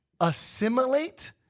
Assimilate